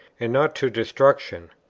and not to destruction.